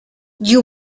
you